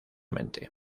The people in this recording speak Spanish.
mente